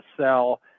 sell